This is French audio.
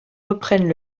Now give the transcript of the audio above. reprennent